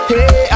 Hey